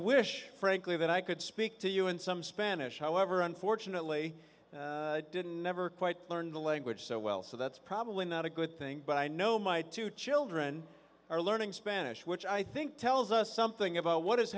wish frankly that i could speak to you in some spanish however unfortunately never quite learned the language so well so that's probably not a good thing but i know my two children are learning spanish which i think tells us something about what is